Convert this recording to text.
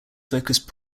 focused